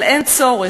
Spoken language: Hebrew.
אבל אין צורך,